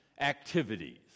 activities